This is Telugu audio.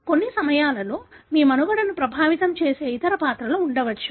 కానీ కొన్ని సమయాల్లో మీ మనుగడను ప్రభావితం చేసే ఇతర పాత్రలు ఉండవచ్చు